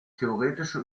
theoretische